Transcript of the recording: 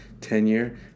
tenure